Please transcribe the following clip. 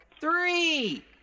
three